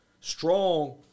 Strong